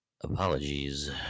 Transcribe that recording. Apologies